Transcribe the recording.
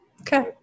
Okay